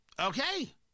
Okay